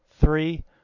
three